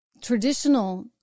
traditional